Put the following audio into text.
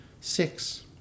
Six